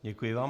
Děkuji vám.